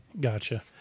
gotcha